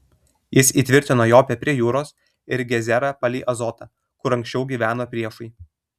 jis įtvirtino jopę prie jūros ir gezerą palei azotą kur anksčiau gyveno priešai